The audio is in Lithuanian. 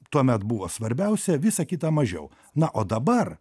tuomet buvo svarbiausia visa kita mažiau na o dabar